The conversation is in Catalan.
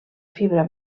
fibra